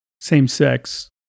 same-sex